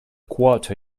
quarter